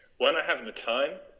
we're not having the time